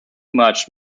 much